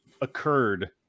occurred